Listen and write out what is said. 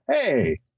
Hey